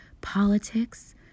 politics